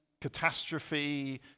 catastrophe